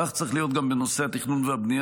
כך צריך להיות גם בנושא התכנון והבנייה,